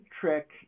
trick